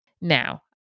Now